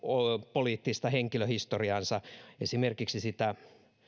poliittista henkilöhistoriaansa esimerkiksi sitä